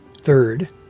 Third